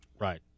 Right